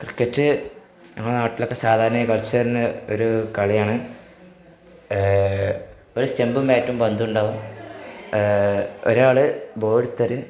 cricket ഞങ്ങളെ നാട്ടിലൊക്കെ സാധാരണയായി കളിച്ച് വരുന്ന ഒരു കളിയാണ് ഒരു സ്റ്റമ്പും ബാറ്റും പന്തുണ്ടാവും ഒരാള് ബോളെടുത്തെറിയും